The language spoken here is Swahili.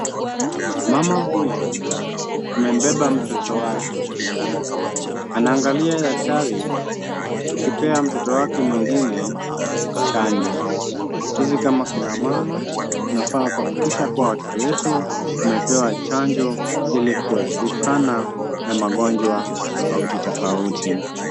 Mama huyu amembeba mtoto wake. Anaangalia daktari akipea mtoto wake mwingine chanjo. Sisi kama kina mama tunafaa kuhakikisha kuwa watoto wetu wamepewa chanjo ili kuepukana na magonjwa tofauti tofauti.